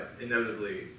inevitably